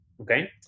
okay